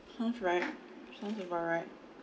sounds right sounds about right